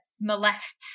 molests